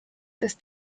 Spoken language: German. des